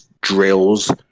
drills